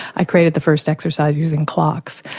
i created the first exercise using clocks.